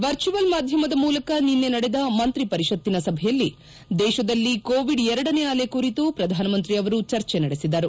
virtual ಮಾಧ್ಯಮದ ಮೂಲಕ ನಿನ್ನೆ ನಡೆದ ಮಂತ್ರಿ ಪರಿಷತ್ತಿನ ಸಭೆಯಲ್ಲಿ ದೇಶದಲ್ಲಿ ಕೋವಿಡ್ ಎರಡನೇ ಅಲೆ ಕುರಿತು ಪ್ರಧಾನಮಂತ್ರಿ ಅವರು ಚರ್ಚೆ ನಡೆಸಿದರು